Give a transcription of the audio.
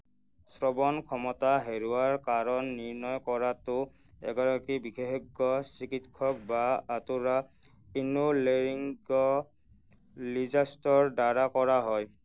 শ্ৰৱণ ক্ষমতা হেৰুৱাৰ কাৰণ নিৰ্ণয় কৰাটো এগৰাকী বিশেষজ্ঞ চিকিৎসক বা অট'ৰা ইনোলেৰিংগ' লিজষ্টৰ দ্বাৰা কৰা হয়